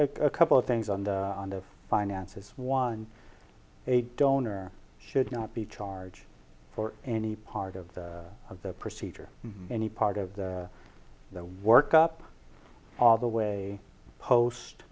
are a couple of things on the on the finances one a donor should not be charge for any part of the of the procedure any part of the the work up all the way post